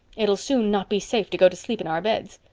it'll soon not be safe to go to sleep in our beds.